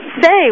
say